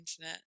internet